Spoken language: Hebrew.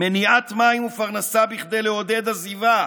מניעת מים ופרנסה כדי לעודד עזיבה,